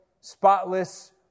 spotless